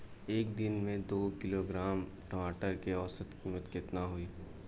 एक दिन में दो किलोग्राम टमाटर के औसत कीमत केतना होइ?